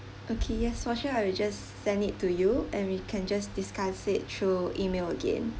okay yes for sure I'll just send it to you and we can just discuss it through email again